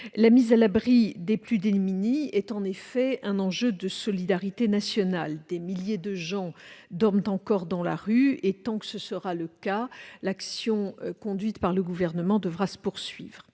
La mise à l'abri des plus démunis est en effet un enjeu de solidarité nationale. Des milliers de gens dorment encore dans la rue et, tant que ce sera le cas, l'action conduite par le Gouvernement devra se poursuivre.